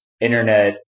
internet